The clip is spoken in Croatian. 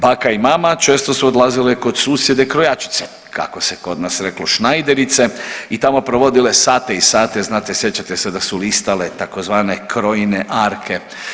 Baka i mama često su odlazile kod susjede krojačice kako se kod nas reklo šnajderice i tamo provodile sate i sate, znate, sjećate se da su listale tzv. krojine arke.